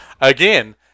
Again